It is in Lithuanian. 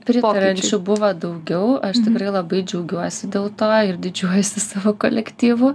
pritariančių buvo daugiau aš tikrai labai džiaugiuosi dėl to ir didžiuojuosi savo kolektyvu